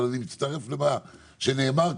אבל אני מצטרף למה שנאמר כאן,